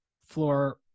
floor